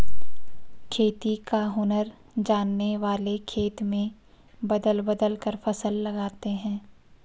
खेती का हुनर जानने वाले खेत में बदल बदल कर फसल लगाते हैं